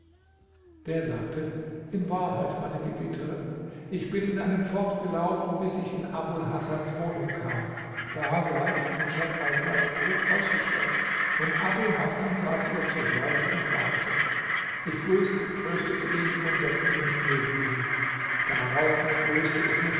der sagte in wahrheit meine gebieterin ich bin in einem fort gelaufen bis ich in abul hasans wohnung kam da sah ich rushat alfuad tot ausgestreckt und abul hasan saß ihr zur seite und weinte ich grüßte tröstete ihn und setzte mich neben ihn drauf entblößte ich